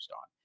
on